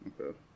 Okay